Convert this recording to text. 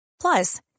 Plus